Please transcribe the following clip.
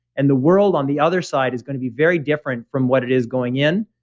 and the world on the other side is going to be very different from what it is going in,